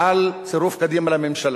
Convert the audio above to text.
על צירוף קדימה לממשלה,